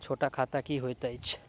छोट खाता की होइत अछि